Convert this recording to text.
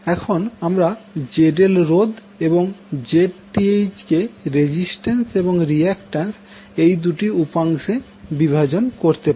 এখন আমরা ZL রোধ এবং Zth কে রেজিস্ট্যান্স এবং রিয়াক্ট্যান্স এই দুটি উপাংশে বিভাজন করতে পারি